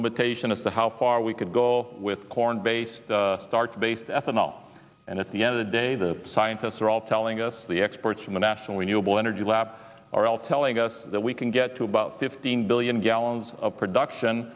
limitation as to how far we could go with corn based start based ethanol and at the end of the day the scientists are all telling us the experts from the national renewable energy lab are all telling us that we can get to about fifteen billion gallons of production